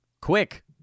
quick